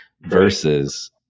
Versus